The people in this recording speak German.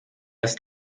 ist